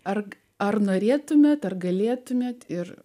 ar ar norėtumėte ar galėtumėte ir